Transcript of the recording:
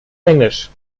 englisch